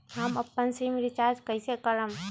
हम अपन SIM recharge कइसे करम?